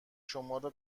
شمارا